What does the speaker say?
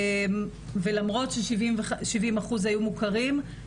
ולמרות ש-70% היו מוכרים,